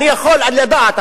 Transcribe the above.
אני יכול לדעת,